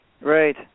Right